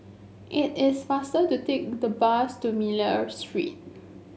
it is faster to take the bus to Miller Street